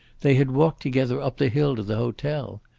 they had walked together up the hill to the hotel.